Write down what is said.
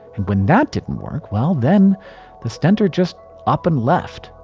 and when that didn't work, well, then the stentor just up and left,